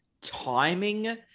timing